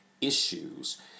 issues